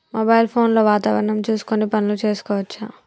Mobile phone లో వాతావరణం చూసుకొని పనులు చేసుకోవచ్చా?